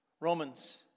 Romans